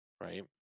right